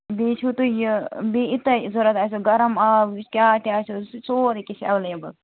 بیٚیہِ چھُو تُہۍ یہِ بیٚیہِ یہِ تۅہہِ ضروٗرت آسٮ۪و گرم آب کیٛاہ کیٛاہ آسٮ۪و سُہ چھُ سورُے کیٚنٛہہ چھُ ایٚویلیبُل